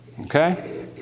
Okay